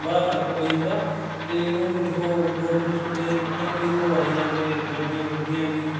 बड़ा फर्क पेई जंदा ते हून दिक्खो गौरमैंट स्कूलें च रुट्टियां बी थ्होआ दियां ते बर्दियां बुर्दियां बी